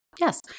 yes